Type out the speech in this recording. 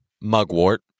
mugwort